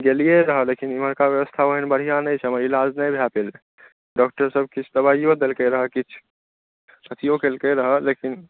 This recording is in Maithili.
गेलियै रहय लेकिन ओम्हरका व्यवस्था ओहन बढ़िऑं नहि छै एहि लय के नहि भय पेलैया जबकि किछु दबाइयो देलकै रहय किछु एथियो केलकै रहय लेकिन